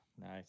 nice